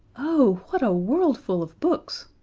oh, what a worldful of books!